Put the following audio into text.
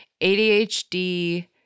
ADHD